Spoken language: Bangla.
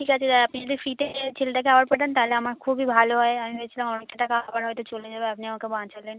ঠিক আছে দাদা আপনি যদি ফ্রিতে ছেলেটাকে আবার পাঠান তাহলে আমার খুবই ভালো হয় আমি ভেবেছিলাম অনেকটা টাকা আবার হয়তো চলে যাবে আপনি আমাকে বাঁচালেন